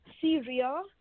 Syria